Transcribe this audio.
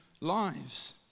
lives